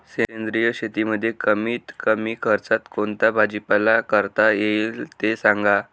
सेंद्रिय शेतीमध्ये कमीत कमी खर्चात कोणता भाजीपाला करता येईल ते सांगा